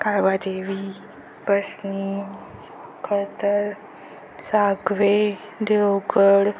काळबादेवी पसनी खतर सागवे देवगड